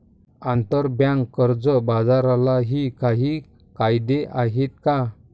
आंतरबँक कर्ज बाजारालाही काही कायदे आहेत का?